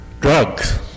drugs